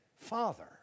Father